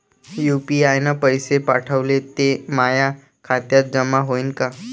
UPI न पैसे पाठवले, ते माया खात्यात जमा होईन का?